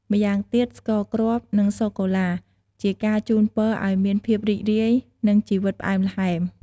ម្យ៉ាងទៀតស្ករគ្រាប់ និងសូកូឡាជាការជូនពរឱ្យមានភាពរីករាយ និងជីវិតផ្អែមល្ហែម។